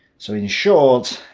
so in short,